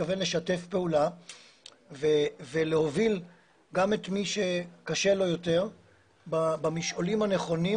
מתכוון לשתף פעולה ולהוביל גם את מי שקשה לו יותר במשעולים הנכונים